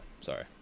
sorry